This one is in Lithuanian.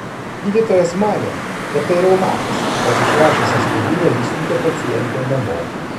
gydytojas manė kad tai reumatas tad išrašęs aspirino išsiuntė pacientę namo